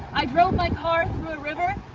i drove my car through a river,